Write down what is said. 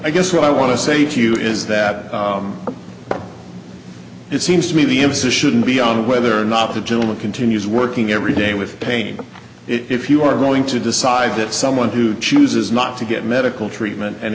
i guess what i want to say to you is that it seems to me the emphasis shouldn't be on whether or not the gentleman continues working every day with pain if you are going to decide that someone who chooses not to get medical treatment and